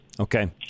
Okay